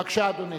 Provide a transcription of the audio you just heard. בבקשה, אדוני.